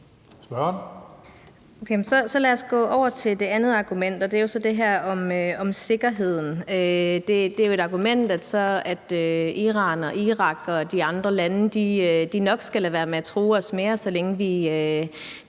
lad os gå over til det andet argument, og det er jo så det her om sikkerheden. Det er jo så et argument, at Iran og Irak og de andre lande nok skal lade være med at true os mere, så længe vi